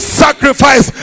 sacrifice